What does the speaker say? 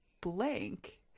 blank